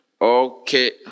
Okay